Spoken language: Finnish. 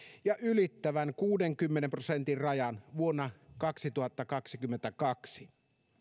ja ylittävän kuudenkymmenen prosentin rajan vuonna kaksituhattakaksikymmentäkaksi